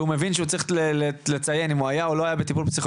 והוא מבין שהוא צריך לציין אם הוא היה או לא היה בטיפול פסיכולוגי,